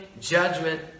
judgment